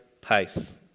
pace